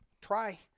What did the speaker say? Try